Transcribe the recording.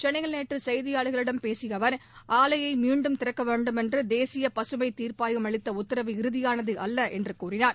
சென்னையில் நேற்று செய்தியாளர்களிடம் பேசிய அவர் ஆலையை மீண்டும் திறக்க வேண்டும் என்று தேசிய பசுமை தீர்ப்பாயம் அளித்த உத்தரவு இறுதியானது அல்ல என்று கூறினார்